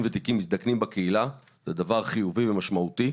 ותיקים מזדקנים בקהילה זה דבר חיובי ומשמעותי,